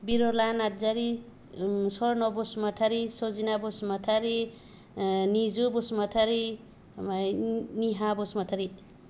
बिर'ला नार्जारि ओ स्वर्न बसुमातारि सजिना बसुमातारि ओ निजु बसुमातारि आमफाय निहा बसुमातारि